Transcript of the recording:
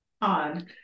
Odd